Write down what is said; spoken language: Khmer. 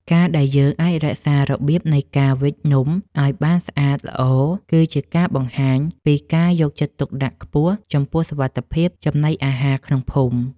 ការដែលយើងអាចរក្សារបៀបនៃការវេចនំឱ្យបានស្អាតល្អគឺជាការបង្ហាញពីការយកចិត្តទុកដាក់ខ្ពស់ចំពោះសុវត្ថិភាពចំណីអាហារក្នុងភូមិ។